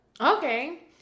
Okay